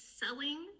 selling